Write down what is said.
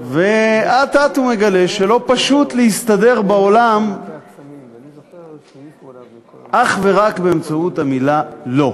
ואט-אט הוא מגלה שלא פשוט להסתדר בעולם אך ורק באמצעות המילה "לא".